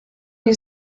die